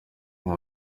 ubu